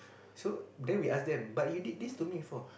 so then we ask them but you did this to me before